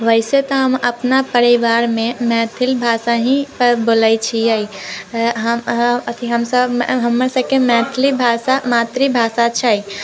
वैसे तऽ हम अपना परिवारमे मैथिल भाषा ही बोलै छियै अथि हम सभ हमर सभके मैथिली भाषा मातृभाषा छै